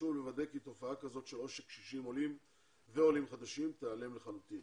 חשוב לוודא כי תופעה כזאת של עושק קשישים ועולים חדשים תיעלם לחלוטין.